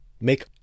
make